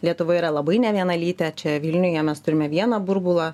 lietuva yra labai nevienalytė čia vilniuje mes turime vieną burbulą